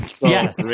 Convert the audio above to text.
Yes